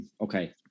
okay